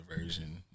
version